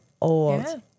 old